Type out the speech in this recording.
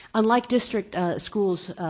unlike district schools,